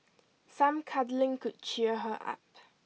some cuddling could cheer her up